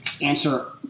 answer